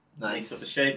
Nice